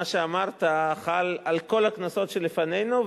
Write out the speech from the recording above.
מה שאמרת חל על כל הכנסות שלפנינו,